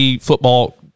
football